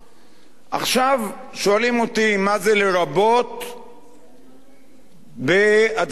עכשיו, שואלים אותי מה זה לרבות בהצבעת אי-אמון.